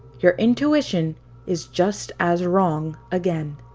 your intuition is just as wrong again.